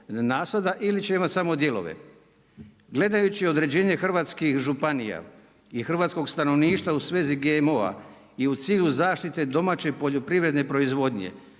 nasada ili će imati samo dijelove. Gledajući određene hrvatskih županija i hrvatskog stanovništva u svezi GMO-a i u cilju zaštite domaće poljoprivredne proizvodnje